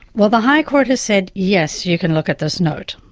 well, the high court has said yes, you can look at this note.